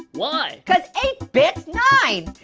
why? cause eight bit nine.